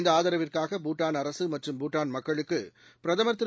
இந்த ஆதரவுக்காக பூடான் அரசு மற்றும் பூடான் மக்களுக்கு பிரதமர் திரு